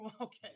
okay